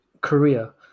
Korea